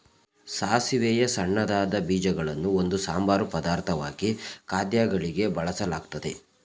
ಸಾಸಿವೆಯ ಸಣ್ಣದಾದ ಬೀಜಗಳನ್ನು ಒಂದು ಸಂಬಾರ ಪದಾರ್ಥವಾಗಿ ಖಾದ್ಯಗಳಿಗೆ ಬಳಸಲಾಗ್ತದೆ